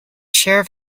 sheriff